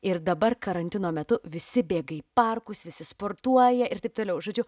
ir dabar karantino metu visi bėga į parkus visi sportuoja ir taip toliau žodžiu